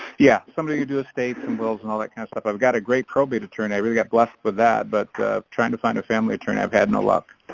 yeah, somebody who do estates and wills and all that kind of stuff. i've got a great probate attorney. i really got blessed with but that but trying to find a family attorney, i've had no luck.